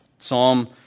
Psalm